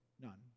none